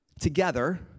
together